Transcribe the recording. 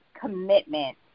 commitment